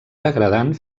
degradant